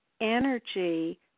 energy